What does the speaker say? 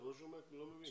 אתם צריכים להגיד